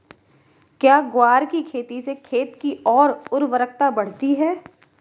क्या ग्वार की खेती से खेत की ओर उर्वरकता बढ़ती है?